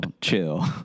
chill